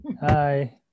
Hi